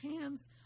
hands